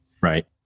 Right